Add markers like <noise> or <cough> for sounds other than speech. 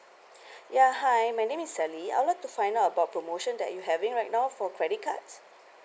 <breath> ya hi my name is sally I'd like to find out about promotion that you having right now for credit cards